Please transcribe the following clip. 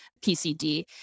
PCD